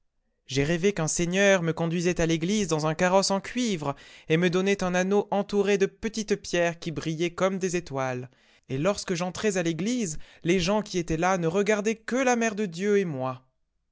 j'ai rêvé qu'un seigneur me conduisait à l'église dans nn carrosse en cuivre et me donnait un anneau entouré de petites pierres qui brillaient comme des étoiles et lorsque j'entrais à l'église les gens qui étaient là ne regardaient que la ajère de dieu et moi